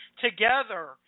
together